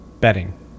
Betting